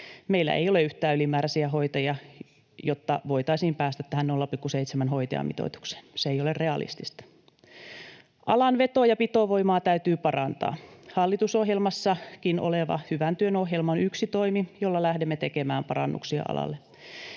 Meillä ei ole yhtään ylimääräisiä hoitajia, jotta voitaisiin päästä tähän 0,7-hoitajamitoitukseen, se ei ole realistista. Alan veto- ja pitovoimaa täytyy parantaa. Hallitusohjelmassakin oleva hyvän työn ohjelma on yksi toimi, jolla lähdemme tekemään parannuksia alalle.